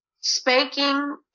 spanking